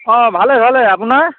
অঁ ভালে ভালে আপোনাৰ